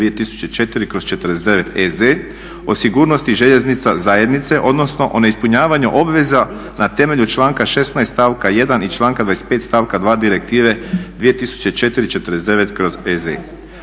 o sigurnosti željeznica zajednice, odnosno o neispunjavanju obveza na temelju članka 16. stavka 1. i članka 25. stavka 2. Direktive 2004/49/EZ.